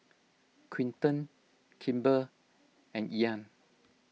Quinton Kimber and Ean